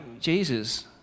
Jesus